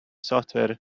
software